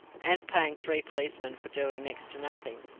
and paying three policemen for doing next to nothing,